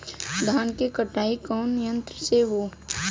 धान क कटाई कउना यंत्र से हो?